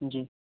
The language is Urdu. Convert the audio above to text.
جی